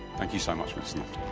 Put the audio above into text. thank you so much for